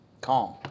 Calm